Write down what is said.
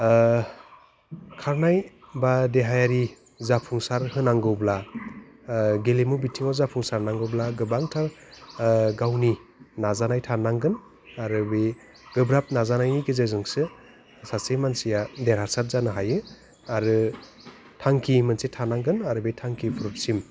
खारनाय बा देहायारि जाफुंसार होनांगौब्ला गेलेमु बिथिङाव जाफुंसारनांगौब्ला गोबांथार गावनि नाजानाय थानांगोन आरो बे गोब्राब नाजानायनि गेजेरजोंसो सासे मानसिया देरहासार जानो हायो आरो थांखि मोनसे थानांगोन आरो बे थांखिफोरसिम